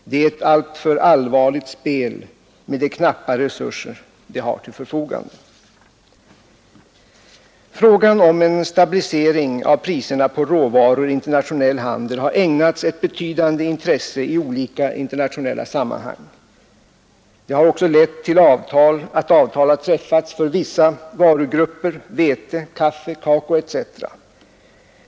Det är ett alltför allvarligt spel med de knappa resurser de har till förfogande. handel har ägnats ett betydande intresse i olika internationella sammanhang. Det har också lett till att avtal har träffats för vissa varugrupper: vete, kaffe, kakao etc.